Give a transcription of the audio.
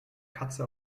katze